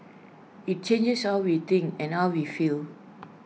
IT changes how we think and how we feel